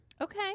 Okay